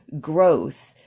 growth